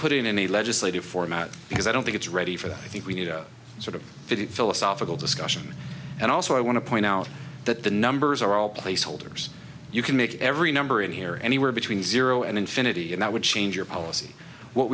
it in any legislative format because i don't think it's ready for that i think we need a sort of philosophical discussion and also i want to point out that the numbers are all placeholders you can make every number in here anywhere between zero and infinity and that would change your policy what